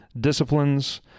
disciplines